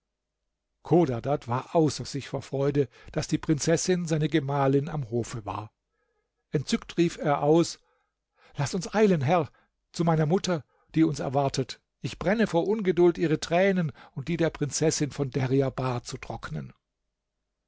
chodadad war außer sich vor freude daß die prinzessin seine gemahlin am hofe war entzückt rief er aus laß uns eilen herr zu meiner mutter die uns erwartet ich brenne vor ungeduld ihre tränen und die der prinzessin von deryabar zu trocknen